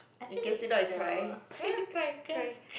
you can sit down and cry cry cry cry